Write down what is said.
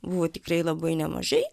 buvo tikrai labai nemažai